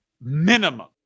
minimum